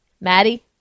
Maddie